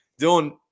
Dylan